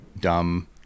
dumb